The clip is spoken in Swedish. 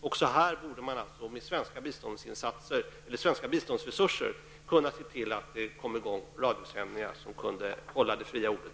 Också här borde man med svenska biståndsresurser kunna se till att det kommer i gång radiosändningar som kan upprätthålla det fria ordet.